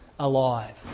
Alive